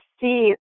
see